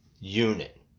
unit